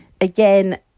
again